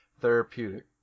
therapeutic